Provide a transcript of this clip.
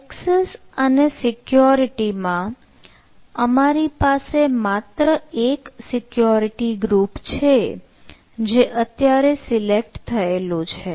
access માં અમારી પાસે માત્ર એક સિક્યોરિટી ગ્રુપ છે જે અત્યારે સિલેક્ટ થયેલું છે